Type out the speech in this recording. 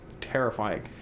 terrifying